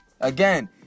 Again